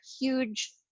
huge